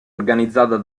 organizzata